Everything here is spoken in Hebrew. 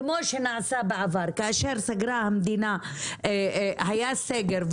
כמו שנעשה בעבר כאשר המדינה עשתה סגר,